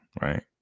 right